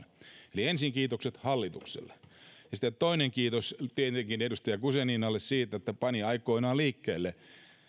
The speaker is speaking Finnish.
eli ensin kiitokset hallitukselle sitten toinen kiitos tietenkin edustaja guzeninalle siitä että pani tämän aikoinaan liikkeelle